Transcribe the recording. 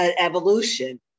evolution